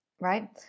right